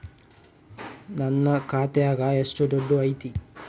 ನನ್ನ ಖಾತ್ಯಾಗ ಎಷ್ಟು ದುಡ್ಡು ಐತಿ?